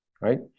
right